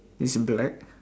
it's black